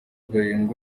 bahembwa